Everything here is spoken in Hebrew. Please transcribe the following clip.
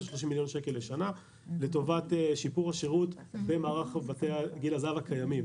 30 מיליון שקל לשנה לטובת שיפור השירות במערך בתי גיל הזהב הקיימים,